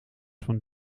van